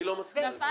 אני לא מסכים לזה.